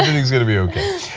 is going to be okay.